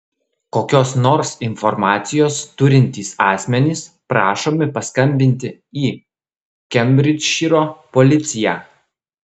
kokios nors informacijos turintys asmenys prašomi paskambinti į kembridžšyro policiją